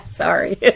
Sorry